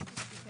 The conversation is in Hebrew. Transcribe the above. ננעלה בשעה